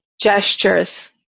gestures